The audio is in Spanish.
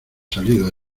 salido